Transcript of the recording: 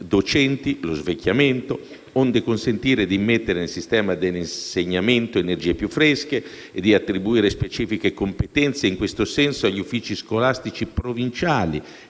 docenti, lo svecchiamento, onde consentire di immettere nel sistema dell'insegnamento energie più fresche e di attribuire specifiche competenze, in questo senso, agli uffici scolastici provinciali